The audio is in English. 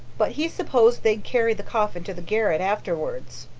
but he s'posed they carried the coffin to the garret afterwards.